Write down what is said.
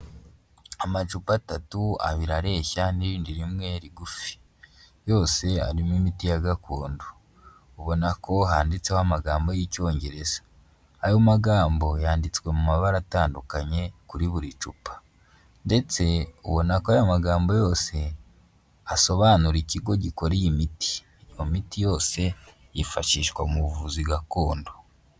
Amacupa atatu, abiri areshya n'ibindi rimwe rigufi, yose arimo imiti ya gakondo. Ubona ko handitseho amagambo y'icyongereza, ayo magambo yanditswe mu mabara atandukanye kuri buri cupa, ndetse ubona ko aya magambo yose asobanura ikigo gikora iyi imiti. Iyo miti yose yifashishwa mu buvuzi gakondo.